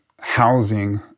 Housing